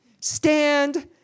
stand